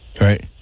Right